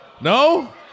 No